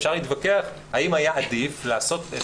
אפשר להתווכח האם היה עדיף לעשות את